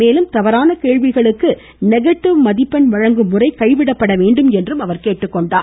மேலும் தவறான கேள்விகளுக்கு நெகட்டிவ் மதிப்பெண் வழங்கும் முறை கைவிடப்பட வேண்டுமென்றும் அவர் கேட்டுக்கொண்டுள்ளார்